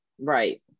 Right